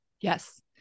Yes